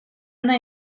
una